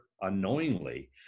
unknowingly